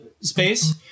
space